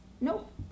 Nope